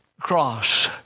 cross